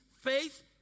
faith